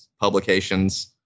publications